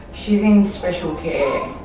she's in special care